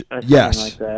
Yes